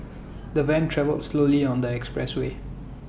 the van travelled slowly on the expressway